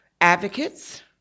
advocates